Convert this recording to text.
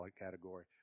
category